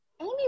Amy